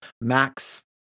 Max